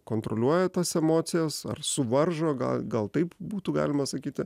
kontroliuoja tas emocijas ar suvaržo gal gal taip būtų galima sakyti